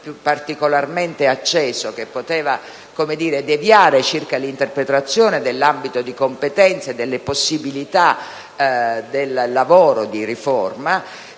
particolarmente acceso che poteva deviare circa l'interpretazione dell'ambito di competenza e delle possibilità del lavoro di riforma;